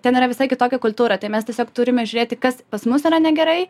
ten yra visai kitokia kultūra tai mes tiesiog turime žiūrėti kas pas mus yra negerai